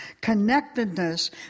connectedness